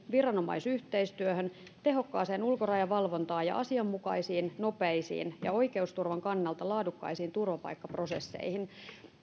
viranomaisyhteistyöhön tehokkaaseen ulkorajavalvontaan ja asianmukaisiin nopeisiin ja oikeusturvan kannalta laadukkaisiin turvapaikkaprosesseihin